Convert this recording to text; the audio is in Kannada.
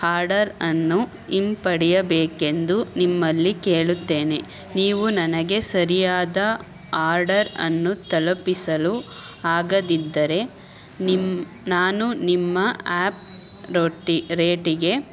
ಹಾರ್ಡರ್ ಅನ್ನು ಹಿಂಪಡೆಯಬೇಕೆಂದು ನಿಮ್ಮಲ್ಲಿ ಕೇಳುತ್ತೇನೆ ನೀವು ನನಗೆ ಸರಿಯಾದ ಆರ್ಡರ್ ಅನ್ನು ತಲುಪಿಸಲು ಆಗದಿದ್ದರೆ ನಿಮ್ಮ ನಾನು ನಿಮ್ಮ ಆ್ಯಪ್ ರೋಟಿ ರೇಟಿಗೆ